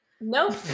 Nope